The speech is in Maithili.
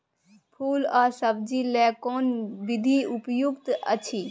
फूल आ सब्जीक लेल कोन विधी उपयुक्त अछि?